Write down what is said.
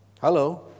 Hello